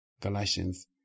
Galatians